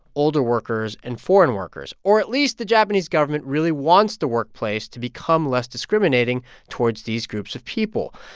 older workers and foreign workers or at least the japanese government really wants the workplace to become less discriminating towards these groups of people.